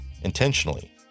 intentionally